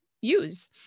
use